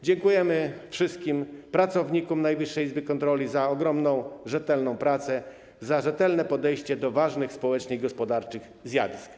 Dziękujemy wszystkim pracownikom Najwyższej Izby Kontroli za ogromną, rzetelną pracę, za rzetelne podejście do ważnych społecznie gospodarczych zjawisk.